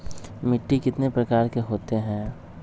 मिट्टी कितने प्रकार के होते हैं?